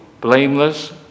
blameless